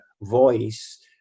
voice